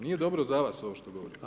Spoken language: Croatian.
Nije dobro za vas ovo što govorite.